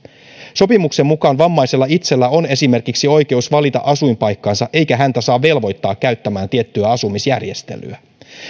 sopimuksen mukaan vammaisella itsellään on esimerkiksi oikeus valita asuinpaikkansa eikä häntä saa velvoittaa käyttämään tiettyä asumisjärjestelyä